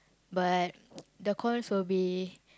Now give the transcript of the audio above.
but the cons will be